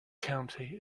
county